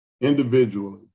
individually